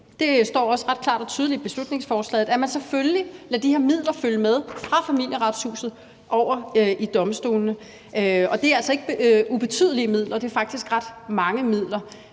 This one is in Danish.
Det står også ret klart og tydeligt i beslutningsforslaget, at man selvfølgelig lader de her midler følge med fra Familieretshuset over til domstolene, og det er altså ikke ubetydelige midler. Det er faktisk ret mange midler.